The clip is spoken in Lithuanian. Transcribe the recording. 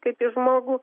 kaip į žmogų